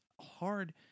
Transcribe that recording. hard